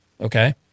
Okay